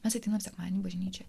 mes ateinam sekmadienį į bažnyčią